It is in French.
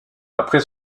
après